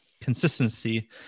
consistency